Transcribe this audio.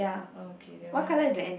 okay that one okay